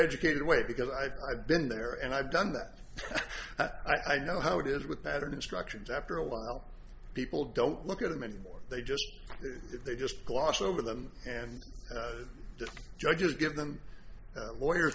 educated away because i've been there and i've done that i know how it is with pattern instructions after a while people don't look at them anymore they just they just gloss over them and the judges give them lawyers